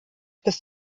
bis